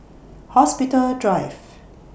Hospital Drive